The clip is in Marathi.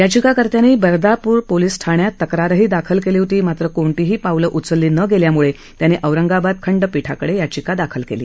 याचिकाकर्त्यांनी बर्दापूर पोलीस ठाण्यात तक्रारही दाखल केली होती मात्र कोणतीही पावलं उचलली न गेल्यामुळे त्यांनी औरंगाबाद खंडपीठात याचिका दाखल केली